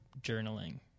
journaling